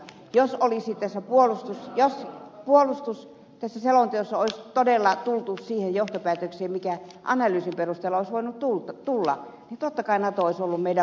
jos tässä selonteossa olisi todella tultu siihen johtopäätökseen mihin analyysin perusteella olisi voitu tulla niin totta kai nato olisi ollut meidän vaihtoehtomme